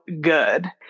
good